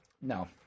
No